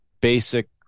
basic